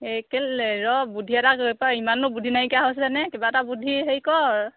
এই কেলৈ ৰ বুদ্ধি এটা ইমানো বুদ্ধি নাইকীয়া হৈছে নে কিবা এটা বুদ্ধি হেয়ি কৰ